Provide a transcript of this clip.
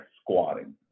squatting